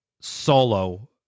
solo